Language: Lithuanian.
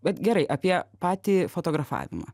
bet gerai apie patį fotografavimą